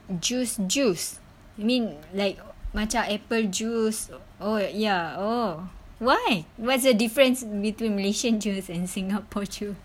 juice juice you mean like macam apple juice oh ya orh why what's the difference between malaysian juice and singapore juice